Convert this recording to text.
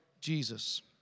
Jesus